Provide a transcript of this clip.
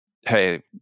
hey